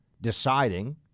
deciding